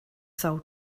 sold